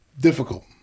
Difficult